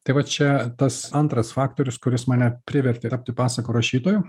tai va čia tas antras faktorius kuris mane privertė tapti pasakų rašytoju